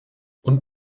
und